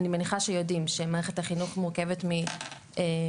אני מניחה שיודעים שמערכת החינוך מורכבת מעירוני,